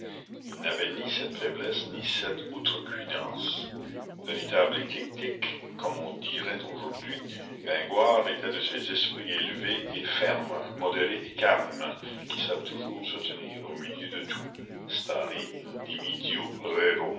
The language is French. il n'avait ni cette faiblesse ni cette outrecuidance véritable éclectique comme on dirait aujourd'hui gringoire était de ces esprits élevés et fermes modérés et calmes qui savent toujours se tenir au milieu de tout